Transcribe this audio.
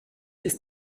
ist